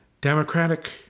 Democratic